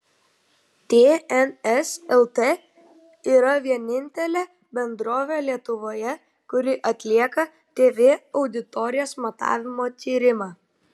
tns lt yra vienintelė bendrovė lietuvoje kuri atlieka tv auditorijos matavimo tyrimą